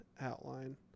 Outline